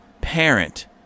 parent